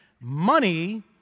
money